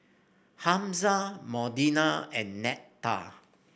Hamza Modena and Netta